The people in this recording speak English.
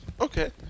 Okay